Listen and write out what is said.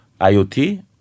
IoT